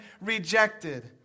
rejected